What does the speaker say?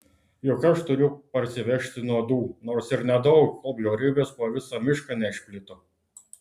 juk aš turiu parsivežti nuodų nors ir nedaug kol bjaurybės po visą mišką neišplito